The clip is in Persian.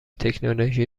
تکنولوژی